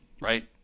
right